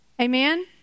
Amen